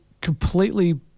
completely